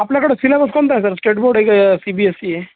आपल्याकडे सिलेबस कोणतं आहे स्टेट बोर्ड आहे का स सी बी एस सी आहे